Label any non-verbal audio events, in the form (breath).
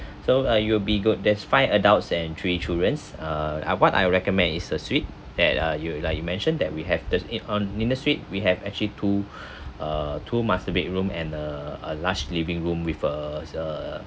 so uh you will be good that's five adults and three childrens uh I what I recommend is the suite that uh you like you mentioned that we have the suites we have actually two (breath) uh two master bedroom and a a large living room with a uh